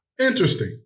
Interesting